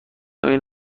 این